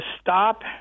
stop